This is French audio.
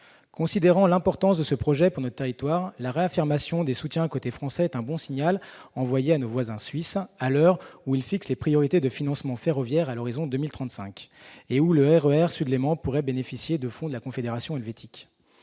Considérant l'importance de ce projet pour notre territoire, la réaffirmation des soutiens côté français est un bon signal envoyé à nos voisins Suisses, à l'heure où ils fixent leurs priorités en matière de financement du ferroviaire à l'horizon 2035 : le RER Sud-Léman pourrait bénéficier de fonds de la Confédération helvétique.